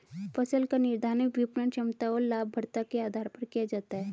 फसल का निर्धारण विपणन क्षमता और लाभप्रदता के आधार पर किया जाता है